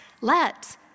let